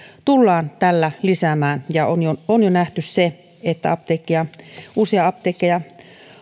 tullaan tällä lisäämään ja on jo on jo nähty se että uusia apteekkeja